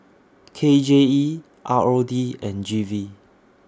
K J E R O D and G V